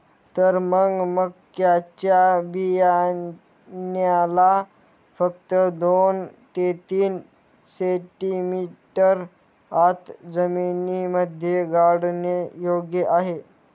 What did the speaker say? तर मग मक्याच्या बियाण्याला फक्त दोन ते तीन सेंटीमीटर आत जमिनीमध्ये गाडने योग्य आहे